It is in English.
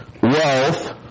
wealth